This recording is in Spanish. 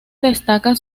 destaca